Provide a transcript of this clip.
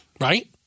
Right